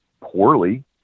poorly